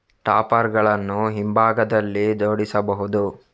topper ಗಳನ್ನು ಹಿಂಭಾಗದಲ್ಲಿ ಜೋಡಿಸಬಹುದು